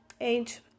age